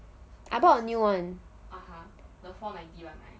I bought a new one